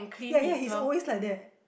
ya ya he's always like that